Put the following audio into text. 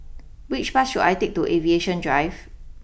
which bus should I take to Aviation Drive